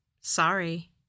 Sorry